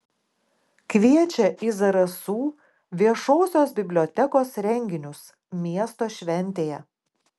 kviečia į zarasų viešosios bibliotekos renginius miesto šventėje